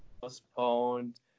postponed